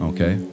Okay